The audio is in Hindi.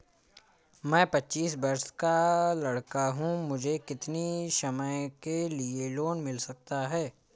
मैं पच्चीस वर्ष का लड़का हूँ मुझे कितनी समय के लिए लोन मिल सकता है?